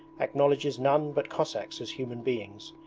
acknowledges none but cossacks as human beings,